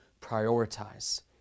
prioritize